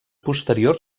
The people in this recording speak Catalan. posterior